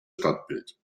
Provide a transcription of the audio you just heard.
stadtbild